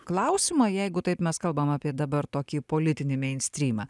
klausimą jeigu taip mes kalbam apie dabar tokį politinį meinstrymą